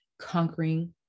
conquering